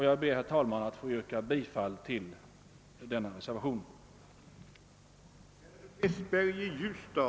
Jag ber, herr talman, att få yrka bifall till reservationerna 1 a och 4.